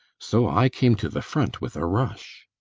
so i came to the front with a rush.